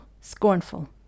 scornful